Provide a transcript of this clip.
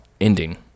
ending